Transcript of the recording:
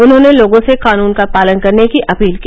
उन्होंने लोगों से कानून का पालन करने की अपील की